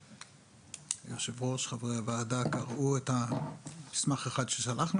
פה והיושב-ראש קראו את המסמך האחד ששלחנו